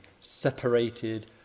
separated